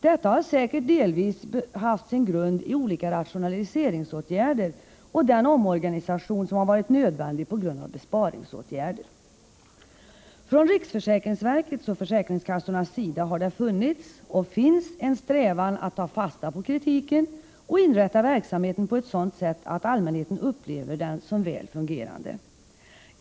Detta har säkert delvis haft sin grund i olika rationaliseringsåtgärder och den omorganisation som har varit nödvändig på grund av besparingar. Från riksförsäkringsverkets och försäkringskassornas sida har det funnits och finns en strävan att ta fasta på kritiken och inrätta verksamheten på ett sådant sätt att allmänheten upplever den som väl fungerande.